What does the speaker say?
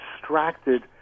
distracted